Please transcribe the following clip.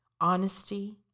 honesty